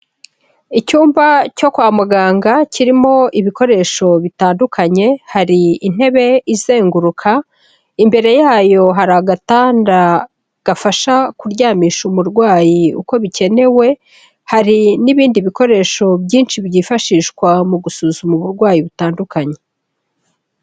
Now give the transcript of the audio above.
Icyumba cyo kwa muganga kirimo ibikoresho bitandukanye, hari intebe izenguruka, imbere yayo hari agatanda gafasha kuryamisha umurwayi uko bikenewe, hari n'ibindi bikoresho byinshi byifashishwa mu gusuzuma uburwayi butandukanye.